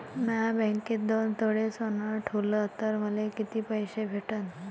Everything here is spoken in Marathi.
म्या बँकेत दोन तोळे सोनं ठुलं तर मले किती पैसे भेटन